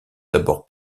d’abord